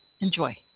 Enjoy